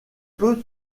peu